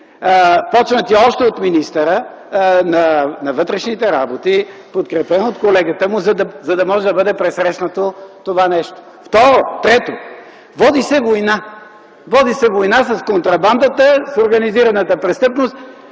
започнати още от министъра на вътрешните работи, подкрепен от колегата му, за да може да бъде пресрещнато това нещо. Трето, води се война – води се война с контрабандата, с организираната престъпност.